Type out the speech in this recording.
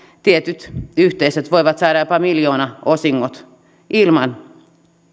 tietyt yhteisöt voivat saada jopa miljoonaosingot ilman